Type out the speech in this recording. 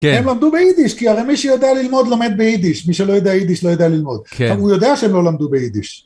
הם למדו ביידיש כי הרי מי שיודע ללמוד לומד ביידיש, מי שלא יודע יידיש לא יודע ללמוד. כן. הוא יודע שהם לא למדו ביידיש.